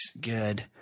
good